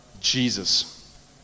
Jesus